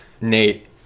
Nate